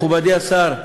מכובדי השר,